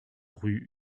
rue